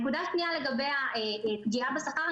נקודה שנייה לגבי הפגיעה בשכר.